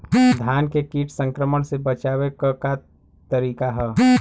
धान के कीट संक्रमण से बचावे क का तरीका ह?